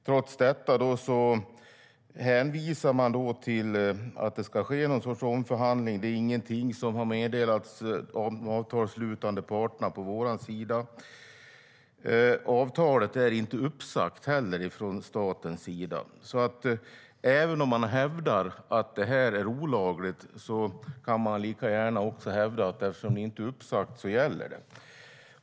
Trots detta hänvisar man till att det ska se någon sorts omförhandling, men det är inget som har meddelats de avtalsslutande parterna på vår sida. Avtalet är heller inte uppsagt av staten. Hävdar man att detta är olagligt kan jag lika gärna hävda att avtalet gäller eftersom det inte är uppsagt.